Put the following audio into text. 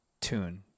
tune